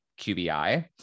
QBI